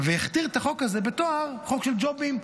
והכתיר את החוק הזה בתואר חוק של ג'ובים,